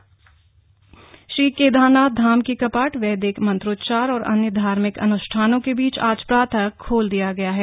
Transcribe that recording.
केदारनाथ धाम श्री केदारनाथ धाम के कपाट वैदिक मंत्रोच्चार और अन्य धार्मिक अनुष्ठानों के बीच आज प्रातः खोल दिया गया है